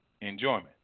enjoyment